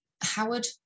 Howard